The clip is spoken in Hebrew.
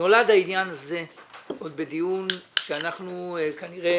נולד העניין הזה עוד בדיון שאנחנו כנראה